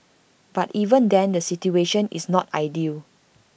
but even then the situation is not ideal